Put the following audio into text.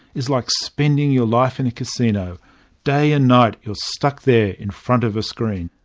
is like spending your life in a casino day and night, you're stuck there in front of a screen.